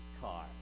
car